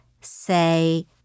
say